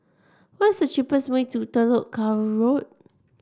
what is the cheapest way to Telok Kurau Road